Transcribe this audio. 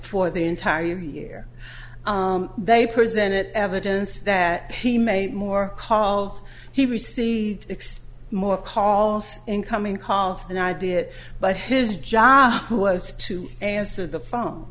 for the entire year they presented evidence that he made more calls he received x more calls incoming calls an idea but his job was to answer the phone